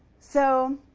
so